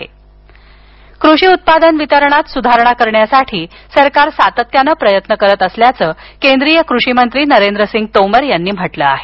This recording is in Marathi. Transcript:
तोमर कृषी उत्पादन वितरणात सुधारणा करण्यासाठी सरकार सातत्यानं प्रयत्न करत असल्याचं कृषी आणि शेतकरी कल्याण मंत्री नरेंद्र सिंग तोमर यांनी म्हटलं आहे